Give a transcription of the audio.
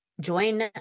join